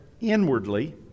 inwardly